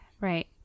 right